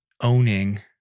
owning